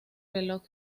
reloj